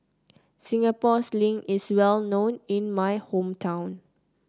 Singapore Sling is well known in my hometown